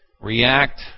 react